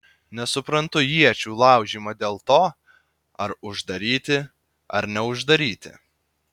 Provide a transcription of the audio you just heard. nesuprantu iečių laužymo dėl to ar uždaryti ar neuždaryti